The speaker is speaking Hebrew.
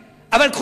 אל תהיו דתיים.